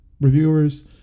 reviewers